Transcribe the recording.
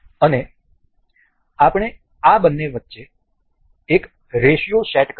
અને આપણે આ બંને વચ્ચે એક રેશિયો સેટ કરીશું